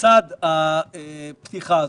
לצד הפתיחה הזו,